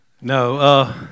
No